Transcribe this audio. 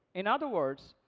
in other words,